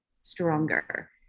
stronger